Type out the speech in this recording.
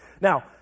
Now